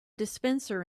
dispenser